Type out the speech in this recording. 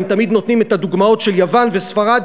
הם תמיד מביאים את הדוגמאות של יוון וספרד,